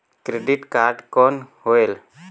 Credit card कौन होएल?